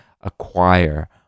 acquire